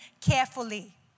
carefully